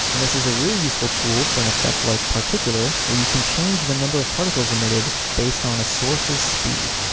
and this is a really useful tool for an effect like particular, where you can change the number of particles emitted based on a source's speed.